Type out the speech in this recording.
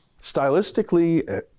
stylistically